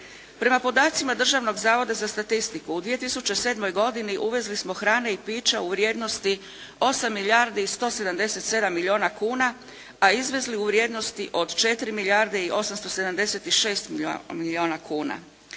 Prema podacima Državnog zavoda za statistiku u 2007. godini uvezli smo hrane i pića u vrijednosti 8 milijardi 177 milijuna kuna, a izvezli u vrijednosti od 4 milijarde 876 milijuna kuna.